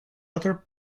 other